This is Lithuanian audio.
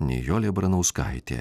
nijolė baranauskaitė